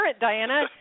Diana